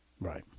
right